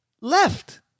left